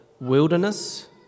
wilderness